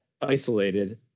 isolated